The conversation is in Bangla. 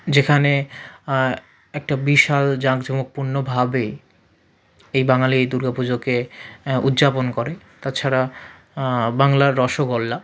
যেখানে একটা বিশাল জাঁকজমকপূর্ণ ভাবে এই বাঙালি এই দুর্গা পুজোকে উদযাপন করে তাছাড়া বাংলার রসগোল্লা